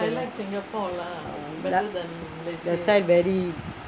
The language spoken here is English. that's why very